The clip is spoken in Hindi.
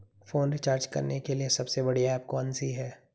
फोन रिचार्ज करने के लिए सबसे बढ़िया ऐप कौन सी है?